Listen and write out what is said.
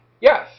Yes